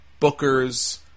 bookers